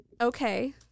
Okay